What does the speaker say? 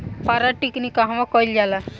पारद टिक्णी कहवा कयील जाला?